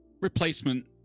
replacement